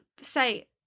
say